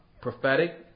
prophetic